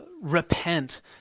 repent